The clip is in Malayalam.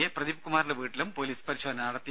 എ പ്രദീപ്കുമാറിന്റെ വീട്ടിലും പൊലീസ് പരിശോധന നടത്തി